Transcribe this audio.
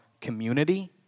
community